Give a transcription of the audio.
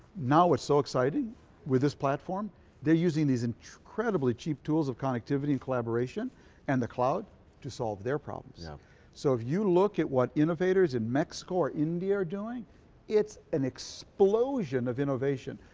now what's so exciting with this platform they're using these incredibly cheap tools of khan activity and collaboration and the cloud to solve their problems yeah so if you look at what innovators in mexico or india are doing it's an explosion of innovation.